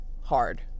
hard